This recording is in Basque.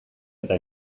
eta